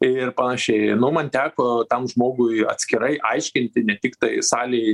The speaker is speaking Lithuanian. ir panašiai nu man teko tam žmogui atskirai aiškinti ne tiktai salėj